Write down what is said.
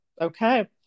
Okay